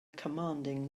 commanding